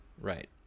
Right